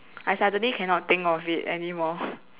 I suddenly cannot think of it anymore